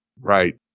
Right